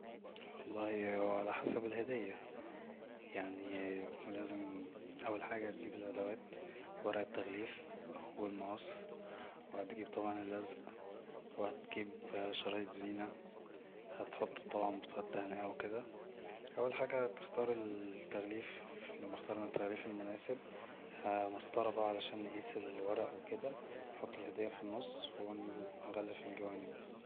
والله هو علي حسب الهدية يعني لازم اول حاجه تجيب الأدوات ورق التغليف والمقص وهتجيب طبعا اللزق وهتجيب شرايط زينة هتحط طبعا بطاقات تهنئة وكدا اول حاجة هتختار التغليف ولما اختارنا التغليف المناسب مسطره بقا عشان نقيس الورق وكدا ونحط الهدية في النص ونغلف الجوانب